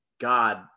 god